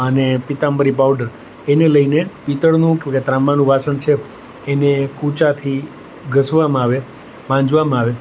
અને પીતાંબરી પાઉડર એને લઈને પિત્તળનું કે ત્રાંબાનું વાસણ છે એને કૂચાથી ઘસવામાં આવે માંજવામાં આવે